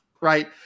right